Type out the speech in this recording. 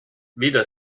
weder